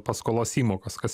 paskolos įmokas kas